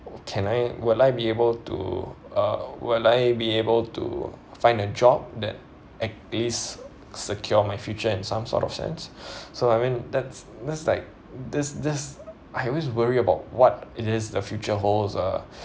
can I will I be able to uh will I be able to find a job that actually secure my future in some sort of sense so I mean that's that's like this this I always worry about what it is the future holds ah